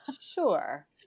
Sure